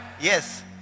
Yes